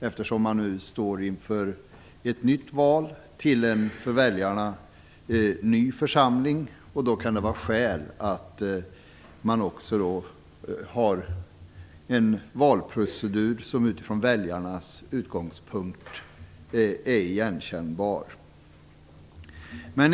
När man nu står inför ett nytt val till en för väljarna ny församling kan det vara skäl att man har en valprocedur som är igenkännbar från väljarnas utgångspunkt.